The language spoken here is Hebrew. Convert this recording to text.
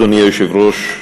אדוני היושב-ראש,